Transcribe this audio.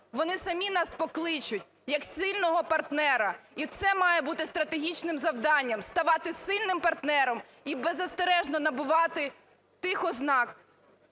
вони самі нас покличуть як сильного партнера. І це має бути стратегічним завданням – ставати сильним партнером і беззастережно набувати тих ознак